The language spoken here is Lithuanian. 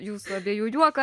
jūsų abiejų juoką